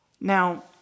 Now